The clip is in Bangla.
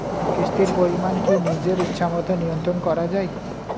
কিস্তির পরিমাণ কি নিজের ইচ্ছামত নিয়ন্ত্রণ করা যায়?